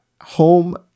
home